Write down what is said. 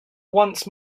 once